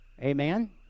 Amen